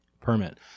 permit